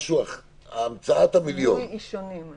משהו שהוא המצאת המיליון -- זיהוי אישונים,